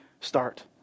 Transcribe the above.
start